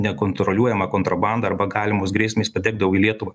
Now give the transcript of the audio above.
nekontroliuojama kontrabanda arba galimos grėsmės patekdavo į lietuvą